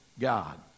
God